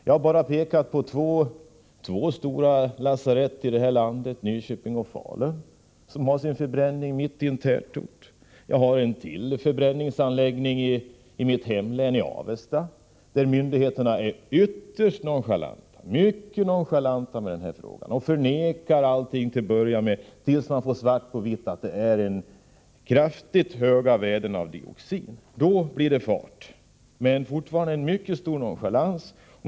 Jag har bara pekat på två stora lasarett i landet — Nyköping och Falun — som har sin förbränning mitt i en tätort. Jag kan nämna ytterligare en förbränningsanläggning — i Avesta, dvs. i mitt hemlän. Där är man mycket nonchalant i detta hänseende och förnekar alla beskyllningar till att börja med — tills man får svart på vitt och får veta att värdena av dioxin är kraftigt höjda. Då blir det fart — men man visar fortfarande en mycket stor nonchalans.